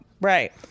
right